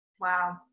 Wow